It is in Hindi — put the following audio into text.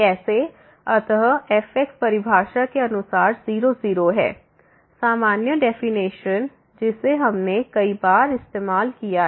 अत fx परिभाषा के अनुसार 0 0 है fxx0 fx00x सामान्य डेफिनिशन जिसे हमने कई बार इस्तेमाल किया है